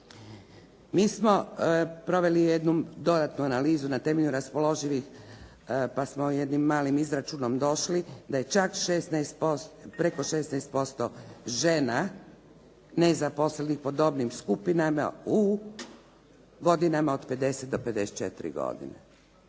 Mi smo proveli jednu dodatnu analizu na temelju raspoloživih, pa smo jednim malim izračunom došli da je čak preko 16% žena nezaposlenih po dobnim skupinama u godinama od 50 do 54 godine.